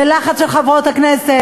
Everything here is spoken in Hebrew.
בלחץ של חברות הכנסת,